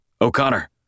O'Connor